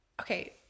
Okay